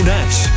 Nash